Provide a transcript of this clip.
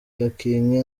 gakenke